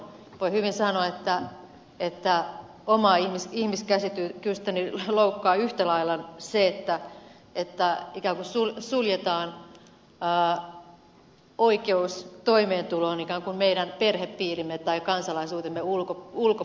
voi hyvin sanoa että omaa ihmiskäsitystäni loukkaa yhtä lailla se että ikään kuin suljetaan oikeus toimeentuloon ikään kuin meidän perhepiirimme tai kansalaisuutemme ulkopuolelle